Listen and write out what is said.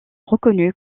reconnu